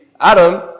Adam